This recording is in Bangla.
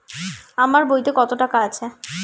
আমার বইতে কত টাকা আছে?